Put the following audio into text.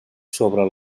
sobre